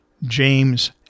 James